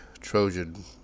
Trojan